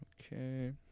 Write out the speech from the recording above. Okay